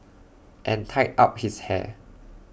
and tied up his hair